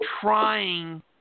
trying